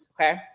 okay